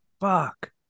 fuck